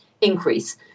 increase